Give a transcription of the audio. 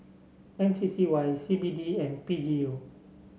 mCCY CBD and PGU